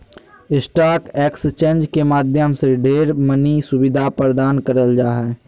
stock exchange के माध्यम से ढेर मनी सुविधा प्रदान करल जा हय